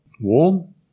Warm